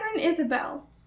Isabel